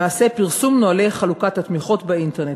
למעשה פרסום נוהלי חלוקת התמיכות באינטרנט.